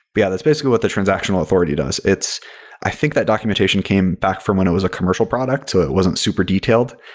but, yeah, that's basically what the transactional authority does. i think that documentation came back from when it was a commercial product. so it wasn't super detailed,